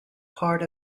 part